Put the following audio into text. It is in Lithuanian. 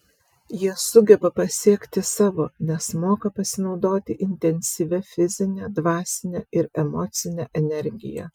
jie sugeba pasiekti savo nes moka pasinaudoti intensyvia fizine dvasine ir emocine energija